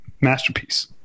masterpiece